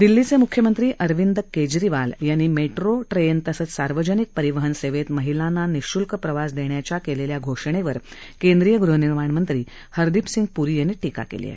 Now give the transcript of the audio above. दिल्लीचे म्ख्यमंत्री अरविंद केजरीवाल यांनी मेट्रो ट्रेन तसंच सार्वजनिक परिवहन सेवेत महिलांना निश्ल्क प्रवास देण्याच्या केलेल्या घोषणेवर केंद्रीय गृहनिर्माणमंत्री हरदीपसिंग प्री यांनी टीका केली आहे